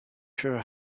sure